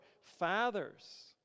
fathers